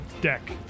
deck